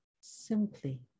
simply